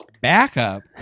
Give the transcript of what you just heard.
backup